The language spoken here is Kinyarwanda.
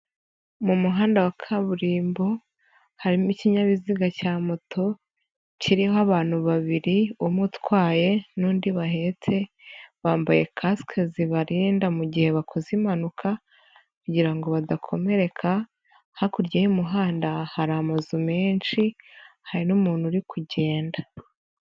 Mu muhanda wa kaburimbo harimo ikinyabiziga cya moto, kiriho abantu babiri umwe utwaye n'undi bahetse, bambaye kasike zibarinda mugihe bakoze impanuka kugira ngo badakomereka, hakurya y'umuhanda hari amazu menshi, hari n'umuntu uri kugenda.